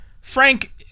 Frank